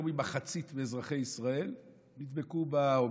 ממחצית מאזרחי ישראל נדבקו באומיקרון.